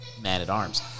Man-at-Arms